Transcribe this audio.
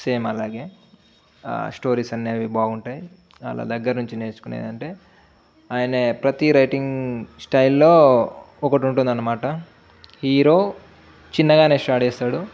same అలాగే stories అనేవి బాగుంటాయి వాళ్ళ దగ్గర నుంచి నేర్చుకునేది ఏది అంటే ఆయన ప్రతి రైటింగ్ స్టైల్లో ఒకటి ఉంటుంది అన్నమాట హీరో చిన్నగానే స్టార్ట్ చేస్తాడు